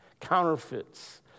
counterfeits